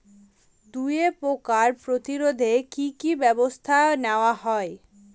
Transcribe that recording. দুয়ে পোকার প্রতিরোধে কি কি ব্যাবস্থা নেওয়া হয়?